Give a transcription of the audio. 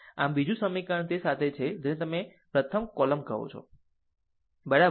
આમ બીજું સમીકરણ તે સાથે છે જેને તમે પ્રથમ કોલમ કહો છો બરાબર